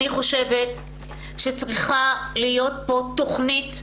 אני חושבת שצריכה להיות פה תכנית מיוחדת,